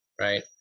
right